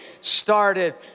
started